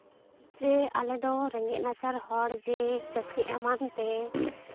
ᱡᱮ ᱟᱞᱮᱫᱚ ᱨᱮᱸᱜᱮᱡ ᱱᱟᱪᱟᱨ ᱦᱚᱲ ᱡᱮ ᱪᱟᱹᱠᱨᱤ ᱮᱢᱟᱱ ᱛᱮ